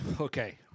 Okay